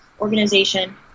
organization